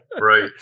Right